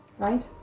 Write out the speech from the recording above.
Right